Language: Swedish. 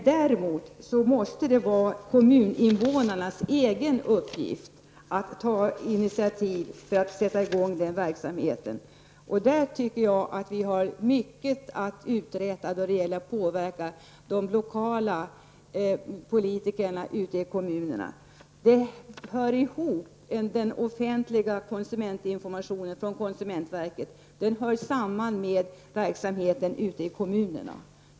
Däremot måste det vara kommuninvånarnas egen uppgift att ta initiativ för att sätta i gång den verksamheten, och vi har mycket att uträtta när det gäller att påverka de lokala politikerna ute i kommunerna. Den offentliga konsumentinformationen från konsumentverket hör samman med verksamheten i kommunerna.